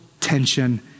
tension